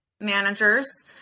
managers